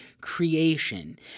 creation